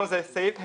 זה סעיף (ה)